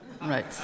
right